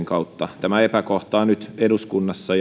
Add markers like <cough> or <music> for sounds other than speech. <unintelligible> kautta tämä epäkohta on eduskunnassa <unintelligible>